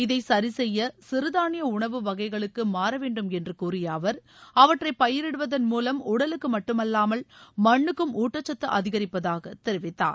இதை சரிசெய்ய சிறுதானிய உணவு வகைகளுக்கு மாறவேண்டும் என்று கூறிய அவர் அவற்றை பயிரிடுவதன் மூலம் உடலுக்கு மட்டுமல்லாமல் மண்ணுக்கும் ஊட்டச்சத்து அதிகரிப்பதாக தெரிவித்தார்